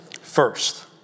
First